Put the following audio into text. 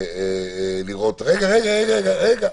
הנקודה המרכזית שצריך להתייחס אליה שהחיסון,